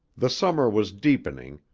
the summer was deepening,